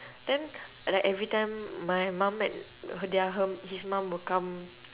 then like every time my mum and he~ their her his mum will come